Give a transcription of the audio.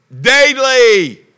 daily